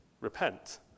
Repent